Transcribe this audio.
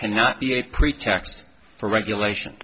cannot be a pretext for regulation